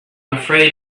afraid